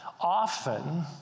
often